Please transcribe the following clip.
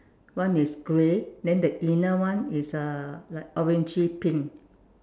one is grey then that inner one is uh like orangey pink